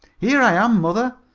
here i am, mother.